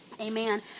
Amen